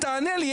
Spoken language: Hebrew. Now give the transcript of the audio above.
תענה לי,